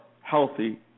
healthy